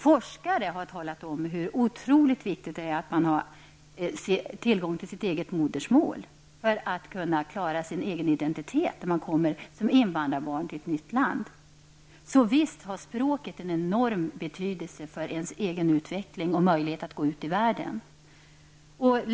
Forskare har sagt att det är otroligt viktigt att ha tillgång till sitt eget modersmål för att kunna ha en egen identitet när man som invandrarbarn kommer till ett nytt land. Så visst har språket en enorm betydelse för den egna utvecklingen och möjligheterna att gå ut i världen.